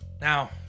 Now